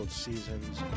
seasons